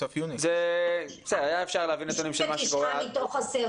היה אפשר להביא נתונים לגבי מה שקורה עד עכשיו.